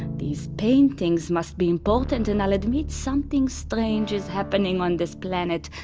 these paintings must be important, and i'll admit something strange is happening on this planet.